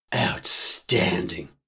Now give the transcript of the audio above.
Outstanding